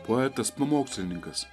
poetas pamokslininkas